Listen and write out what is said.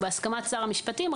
ובהסכמת שר המשפטים,